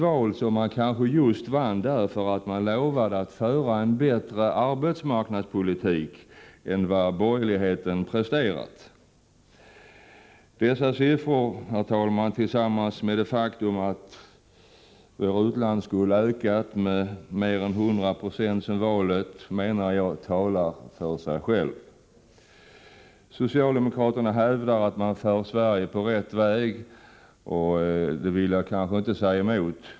Valet vann man kanske just därför att man lovade att föra en bättre arbetsmarknadspolitik än vad borgerligheten hade presterat. Herr talman, jag menar att dessa siffror — tillsammans med det faktum att vår utlandsskuld har ökat med mer än 100 26 sedan valet — talar för sig själva. Socialdemokraterna hävdar att de för Sverige på rätt väg. Jag vill nog inte säga emot det.